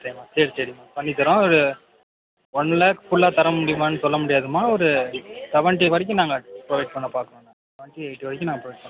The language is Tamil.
சரிம்மா சரி சரிம்மா பண்ணித் தரோம் ஒன் லாக் ஃபுல்லாக தர முடியுமானு சொல்ல முடியாதுமா ஒரு செவென்ட்டி வரைக்கும் நாங்கள் ப்ரோவைட் பண்ண பார்க்குறோம் செவென்ட்டி எயிட்டி வரைக்கும் நாங்கள் ப்ரோவைட் பண்றோம்